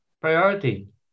priority